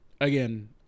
again